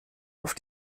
auf